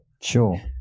Sure